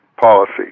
policy